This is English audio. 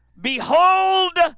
Behold